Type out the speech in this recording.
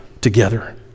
together